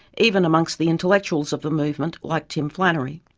even amongst the intellectuals of the movement like tim flannery.